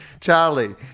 Charlie